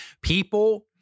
People